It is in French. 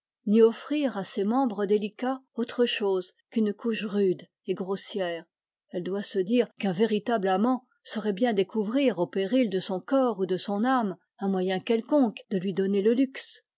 ni offrir à ses membres délicats autre chose qu'une couche rude et grossière elle doit se dire qu'un véritable amant saurait bien dé couvrir au péril de son corps ou de son âme un moyen quelconque de lui donner le luxe